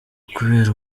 kubera